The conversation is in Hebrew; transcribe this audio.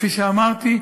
כפי שאמרתי,